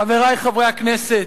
חברי חברי הכנסת,